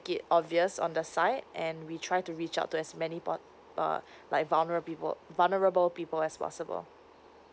it obvious on the side and we try to reach out to as many po~ uh like vulnerable people vulnerable people as possible